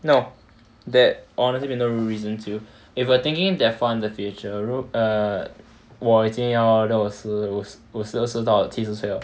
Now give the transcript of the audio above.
no that honestly will be no reason to if you are thinking under future 如我已经要死五十到七十岁了